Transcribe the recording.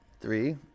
Three